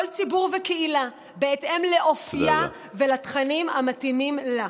כל ציבור וקהילה בהתאם לאופיים ולתכנים המתאימים להם.